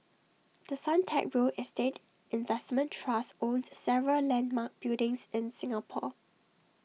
the Suntec real estate investment trust owns several landmark buildings in Singapore